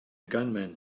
gunman